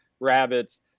rabbits